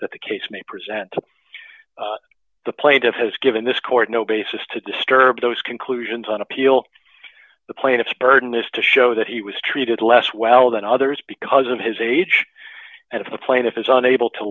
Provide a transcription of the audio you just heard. that the case may present to the plaintiff has given this court no basis to disturb those conclusions on appeal the plaintiff's burden is to show that he was treated less well than others because of his age and if the plaintiff is unable to